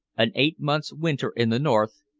an eight months' winter in the north,